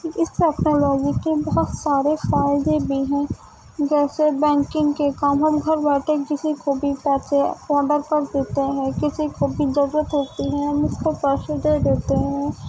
اس technology کے بہت سارے فائدے بھی ہیں جیسے بینکنگ کے کام ہم گھر بیٹھے کسی کو بھی پیسے فارورڈ کر دیتے ہیں کسی کو بھی ضرورت ہوتی ہے ہم اس کو پیسے دے دیتے ہیں